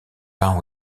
peint